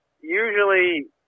usually